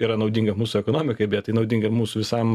yra naudinga mūsų ekonomikai bet tai naudinga ir mūsų visam